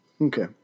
Okay